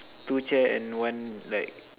two chair and one like